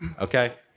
Okay